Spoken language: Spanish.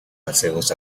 paseos